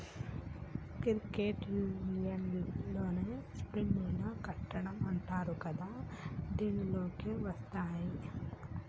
credit union లోన SIP లు కట్టడం అంటరు కదా దీనిలోకే వస్తాయ్